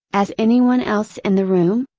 as anyone else in the room?